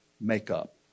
makeup